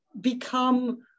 become